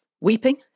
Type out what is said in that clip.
Weeping